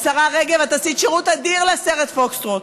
השרה רגב, את עשית שירות אדיר לסרט "פוקסטרוט".